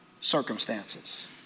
circumstances